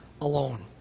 alone